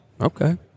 Okay